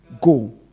Go